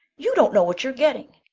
you don't know what you're getting.